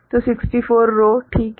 तो 64 रो ठीक है